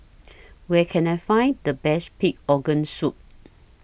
Where Can I Find The Best Pig Organ Soup